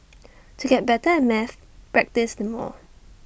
to get better at maths practised more